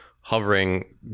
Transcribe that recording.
hovering